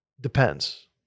Depends